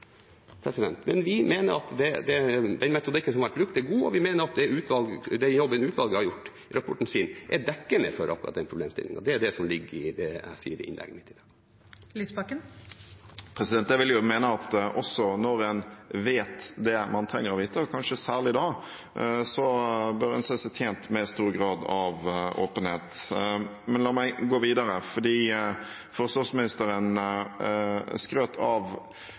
metode. Men vi mener at den metodikken som har vært brukt, er god, og vi mener at den jobben utvalget har gjort med rapporten sin, er dekkende for akkurat den problemstillingen. Det er det som ligger i det jeg sa i innlegget mitt. Jeg vil jo mene at også når en vet det man trenger å vite – og kanskje særlig da – bør en se seg tjent med stor grad av åpenhet. La meg gå videre, for forsvarsministeren skrøt av